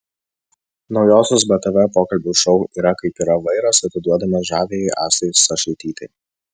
naujosios btv pokalbių šou yra kaip yra vairas atiduodamas žaviajai astai stašaitytei